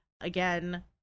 again